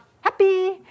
happy